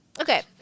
Okay